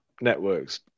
networks